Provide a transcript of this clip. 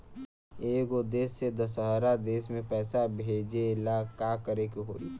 एगो देश से दशहरा देश मे पैसा भेजे ला का करेके होई?